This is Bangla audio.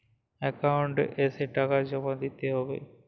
একাউন্ট এসে টাকা জমা দিতে হবে?